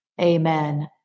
amen